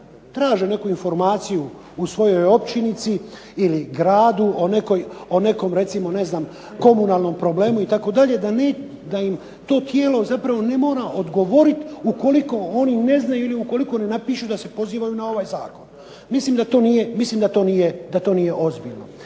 traže neku informaciju u svojoj općinici ili gradu o nekom komunalnom problemu da im to tijelo ne mora odgovoriti ukoliko oni ne znaju ili ukoliko ne napišu da se pozivaju na ovaj Zakon. Mislim da to nije ozbiljno.